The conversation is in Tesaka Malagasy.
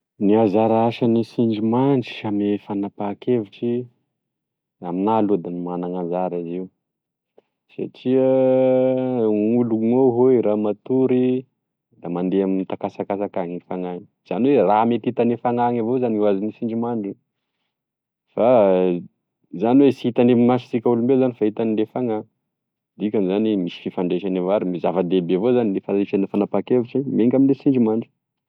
Gne anzara asagne sindrimandry ame fanapakevitry da aminah aloha da manana anzara izy io satria gn'olo mo- raha matory da mandeha amintakasakasaka any gne fanahiny zany oe raha miteta ame fanahiny avao zany io azony sindrimandry fa zany oe sitagne masosika olombelo zany fitagne fana dikanizany misy fifandraisanevao r- zavadehibe avao zany gne fandresany fanapakevitry mienga amigne sindrimandry.